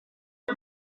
mae